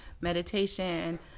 meditation